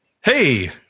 hey